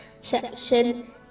section